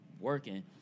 working